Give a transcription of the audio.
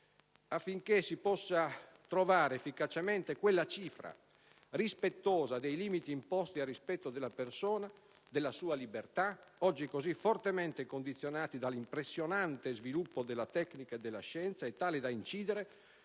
affinché si possa trovare efficacemente quella cifra, rispettosa dei limiti imposti al rispetto della persona, della sua libertà, oggi così fortemente condizionati dall'impressionante sviluppo della tecnica e della scienza e tali da incidere,